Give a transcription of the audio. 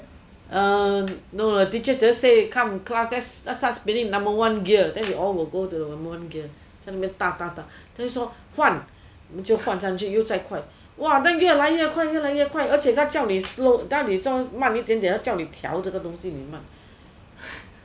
um no the teacher just say come class let's start spinning number one gear then we all will go to number one gear 在那边踏踏踏他又说换我们就换上去又在快 !wah! then 越来越快越来越快而且他叫你 slow 慢一点点他叫你挑这个东西你才慢